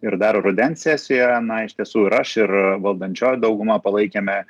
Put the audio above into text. ir dar rudens sesijoje na iš tiesų ir aš ir valdančioji dauguma palaikėme